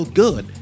good